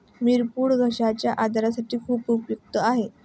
मिरपूड घश्याच्या आजारासाठी खूप उपयुक्त आहे